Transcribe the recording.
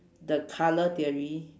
the colour theory